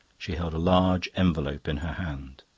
she held a large envelope in her hand.